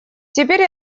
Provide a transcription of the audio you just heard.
теперь